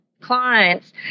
clients